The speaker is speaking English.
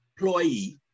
employee